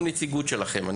נציגות שלכם.